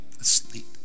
asleep